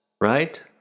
right